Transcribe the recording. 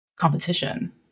Competition